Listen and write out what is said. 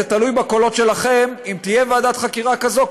זה תלוי בקולות שלכם אם תהיה ועדת חקירה כזאת,